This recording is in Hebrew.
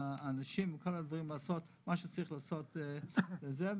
האנשים וכל הדברים שצריך לעשות בשביל זה.